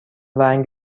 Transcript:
رنگ